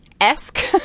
esque